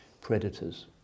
predators